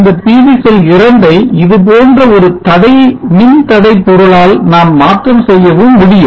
இந்த PV cell 2 ஐ இதுபோன்ற ஒரு மின்தடை பொருளால் நாம் மாற்றம் செய்யவும் முடியும்